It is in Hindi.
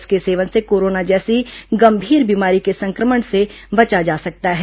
इसके सेवन से कोरोना जैसी गंभीर बीमारी के संक्रमण से बचा जा सकता है